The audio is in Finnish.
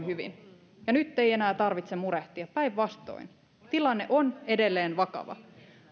hyvin ja nyt ei enää tarvitse murehtia päinvastoin tilanne on edelleen vakava